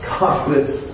confidence